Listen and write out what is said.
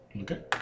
Okay